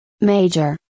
major